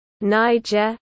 Niger